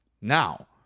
Now